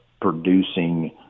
producing